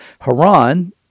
Haran